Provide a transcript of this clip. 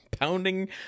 Pounding